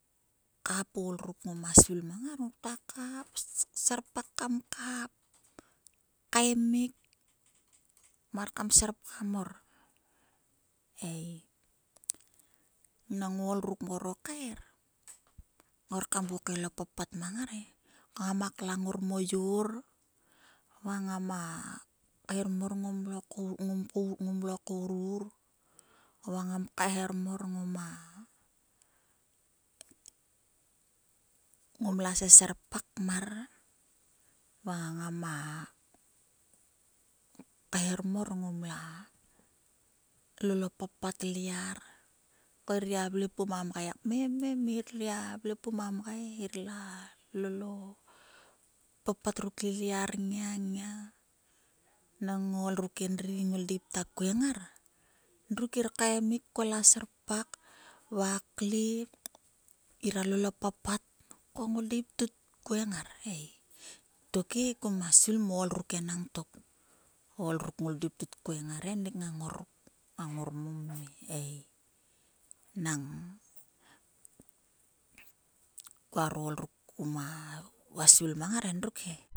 Kap o ol ruk ngoma svill mang ngar. Ngruak ktua kap serpak kam kap kaemik mar kam serpagam mor e. Nang o ol ruk mkor o kaer. ngrua or kam vu kael o papat mang ngare ko ngama klang ngor mo yor va ngama kaeharom mor kam lo kouruk va ngam kaeharom mor ngoma. ngom lo vua vua seserpak kmar va ngama kaeharmar mor kam lua lol o papat ivar ko gir vle pum a kmeme em. Gir gia vle pum a mgai kmem o papat ruk tyar nngia nang o ol ruk endri ngoldei tkueng ngar endruk ngir kaemuk kserpak va kle ngira lol o papat ko ngoldep tkut kueng ngar. Tokhe kuma svillmang o ol ruk enang tok. Ngoldeip tkut kueng ngar ngang nor mommie nang kuaare ol ruk kun kyua svill mang ngar endruk he.